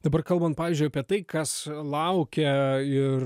dabar kalban pavyzdžiui apie tai kas laukia ir